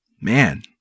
man